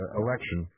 election